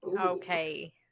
Okay